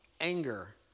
anger